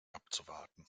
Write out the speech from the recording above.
abzuwarten